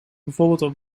bijvoorbeeld